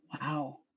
Wow